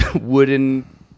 wooden